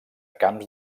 camps